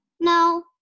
No